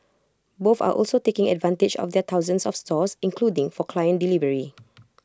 both are also taking advantage of their thousands of stores including for client delivery